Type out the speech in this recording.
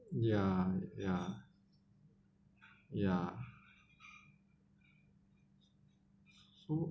ya ya ya so